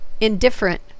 Indifferent